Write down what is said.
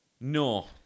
No